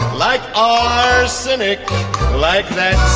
like ah cynic like that.